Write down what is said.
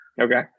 Okay